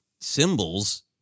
symbols